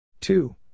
two